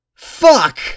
Fuck